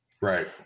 Right